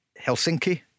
Helsinki